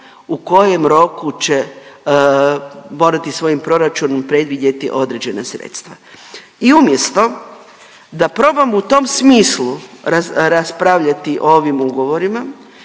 u kojem roku će morati u svojem proračunu predvidjeti određena sredstva. I umjesto da probamo u tom smislu raspravljati o ovim ugovorima,